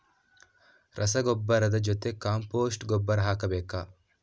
ರಸಗೊಬ್ಬರದ ಜೊತೆ ಕಾಂಪೋಸ್ಟ್ ಗೊಬ್ಬರ ಹಾಕಬೇಕಾ?